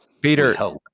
Peter